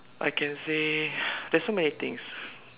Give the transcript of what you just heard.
I can say there's so many things